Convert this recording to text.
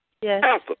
Yes